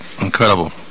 incredible